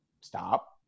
stop